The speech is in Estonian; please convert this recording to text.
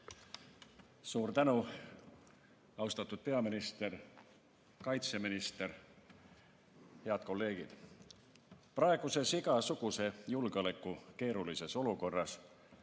Suur tänu! Austatud peaminister! Kaitseminister! Head kolleegid! Praeguses igasuguse julgeoleku mõttes keerulises olukorras